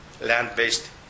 land-based